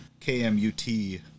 KMUT